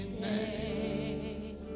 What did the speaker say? name